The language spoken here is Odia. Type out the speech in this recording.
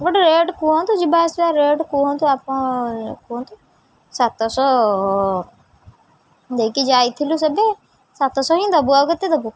ଗୋଟେ ରେଟ୍ କୁହନ୍ତୁ ଯିବା ଆସିବା ରେଟ୍ କୁହନ୍ତୁ ଆପଣ କୁହନ୍ତୁ ସାତଶହ ଦେଇକି ଯାଇଥିଲୁ ସେବେ ସାତଶହ ହିଁ ଦବୁ ଆଉ କେତେ ଦବୁ